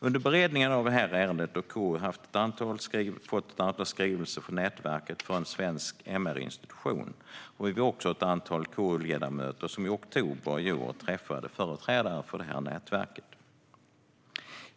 Under beredningen av detta ärende har KU fått ett antal skrivelser från nätverket för en svensk MR-institution, och vi var ett antal KU-ledamöter som i oktober i år träffade företrädare för detta nätverk.